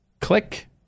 Click